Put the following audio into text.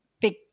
big